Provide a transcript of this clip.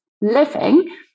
living